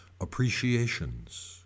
Appreciations